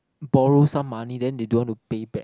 borrow some money then they don't want to pay back